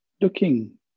Looking